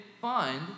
find